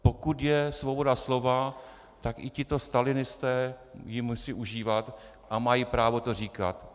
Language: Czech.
Pokud je svoboda slova, tak i tito stalinisté ji musí užívat a mají právo to říkat.